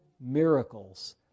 miracles